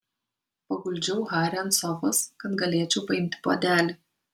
paguldžiau harį ant sofos kad galėčiau paimti puodelį